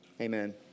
Amen